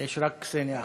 יש רק קסניה אחת.